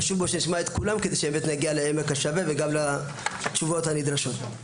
חשוב מאוד שנשמע את כולם כדי שנגיע לעמק השווה וגם לתשובות הנדרשות.